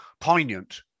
poignant